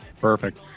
Perfect